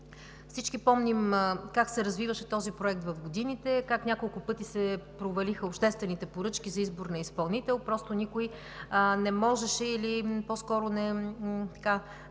Всички помним как се развиваше този проект в годините, как няколко пъти се провалиха обществените поръчки за избор на изпълнител, просто никой не можеше, или по-скоро не